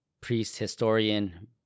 priest-historian